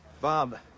Bob